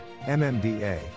MMDA